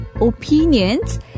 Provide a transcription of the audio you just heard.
opinions